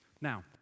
Now